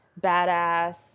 badass